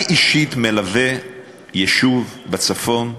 אני אישית מלווה יישוב בצפון,